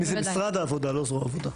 זה משרד העבודה ולא זרוע העבודה.